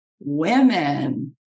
women